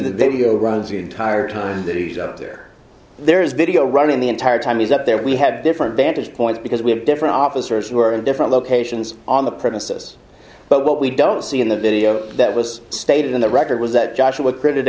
the video runs the entire time that he's out there there is video right in the entire time he's up there we have different vantage points because we have different officers who are in different locations on the premises but what we don't see in the video that was stated in the record was that joshua created